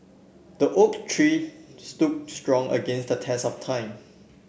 the oak tree stood strong against the test of time